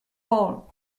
paul